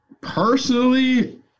Personally